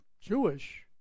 Jewish